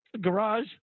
Garage